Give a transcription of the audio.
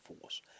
force